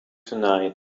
tonight